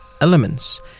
elements